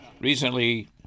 Recently